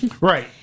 Right